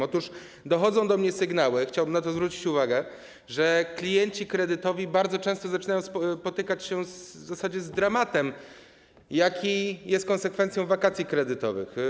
Otóż docierają do mnie sygnały - chciałbym na to zwrócić uwagę - że klienci kredytowi bardzo często zaczynają spotykać się w zasadzie z dramatem, jaki jest konsekwencją wakacji kredytowych.